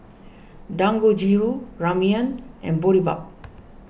Dangojiru Ramyeon and Boribap